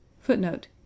Footnote